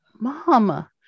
Mom